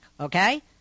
Okay